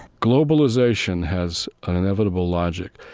globalization has and inevitable logic,